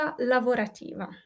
lavorativa